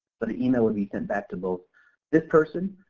but a email would be sent back to both this person,